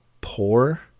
poor